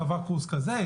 שהוא עבר קורס כזה,